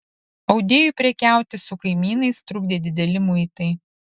audėjui prekiauti su kaimynais trukdė dideli muitai